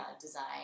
design